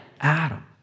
Adam